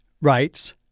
writes